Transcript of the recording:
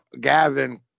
Gavin